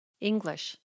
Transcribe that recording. English